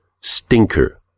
Stinker